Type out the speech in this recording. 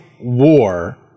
war